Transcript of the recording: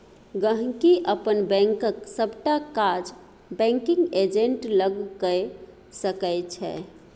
गांहिकी अपन बैंकक सबटा काज बैंकिग एजेंट लग कए सकै छै